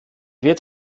wird